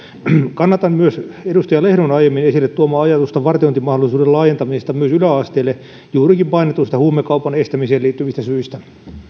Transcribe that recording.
kannatan myös edustaja lehdon aiemmin esille tuomaa ajatusta vartiointimahdollisuuden laajentamisesta myös yläasteelle juurikin mainituista huumekaupan estämiseen liittyvistä syistä